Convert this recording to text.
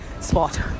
spot